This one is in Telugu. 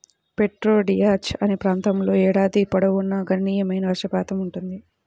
ప్రిటో డియాజ్ అనే ప్రాంతంలో ఏడాది పొడవునా గణనీయమైన వర్షపాతం ఉంటుంది